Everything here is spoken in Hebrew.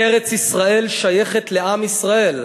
ארץ-ישראל שייכת לעם ישראל.